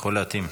יכול להתאים.